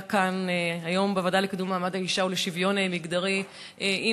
כאן היום בוועדה לקידום מעמד האישה ולשוויון מגדרי עם